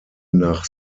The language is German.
nach